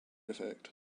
effect